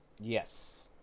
Yes